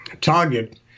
target